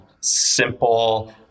simple